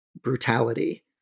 brutality